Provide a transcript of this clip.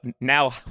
now